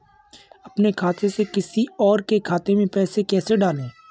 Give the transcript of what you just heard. अपने खाते से किसी और के खाते में पैसे कैसे डालें?